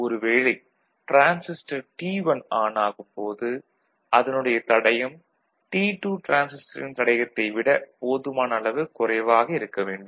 ஒருவேளை transistor T1 on ஆகும் போது அதனுடைய தடையம் T2 டிரான்சிஸ்டரின் தடையத்தை விட போதுமான அளவு குறைவாக இருக்க வேண்டும்